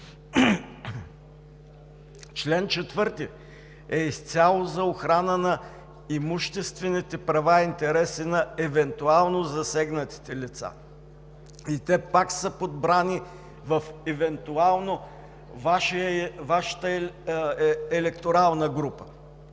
Член 4 е изцяло за охрана на имуществените права и интереси на, евентуално, засегнатите лица – и те пак са подбрани в „евентуално“. Вашата електорална група: